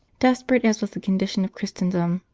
desperate as was the condition of christendom,